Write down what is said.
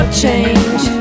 change